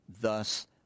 thus